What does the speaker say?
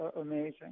amazing